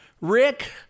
Rick